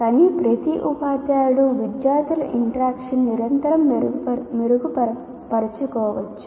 కానీ ప్రతి ఉపాధ్యాయుడు విద్యార్థుల ఇంట్రాక్షన్ నిరంతరం మెరుగుపరచుకోవచ్చు